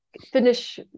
finish